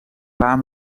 paar